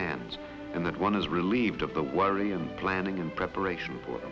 hands and that one is relieved of the worry and planning in preparation for